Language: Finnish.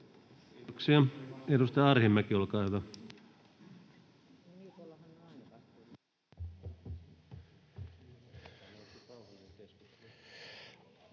Kiitoksia. — Edustaja Arhinmäki, olkaa hyvä.